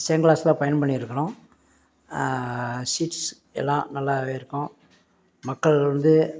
second க்ளாஸில் பயணம் பண்ணியிருக்கிறோம் ஷீட்ஸ் எல்லாம் நல்லா இருக்கும் மக்கள் வந்து